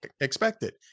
expected